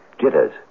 Jitters